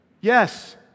Yes